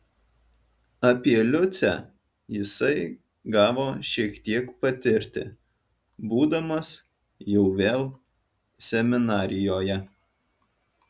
apie liucę jisai gavo šiek tiek patirti būdamas jau vėl seminarijoje